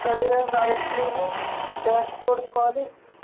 tyre and oil cleaning dash board polish